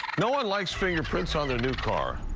no one likes fingerprints on their new car.